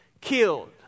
killed